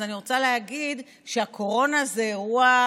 אז אני רוצה להגיד שהקורונה זה אירוע,